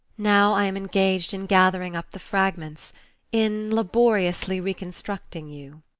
now i am engaged in gathering up the fragments in laboriously reconstructing you.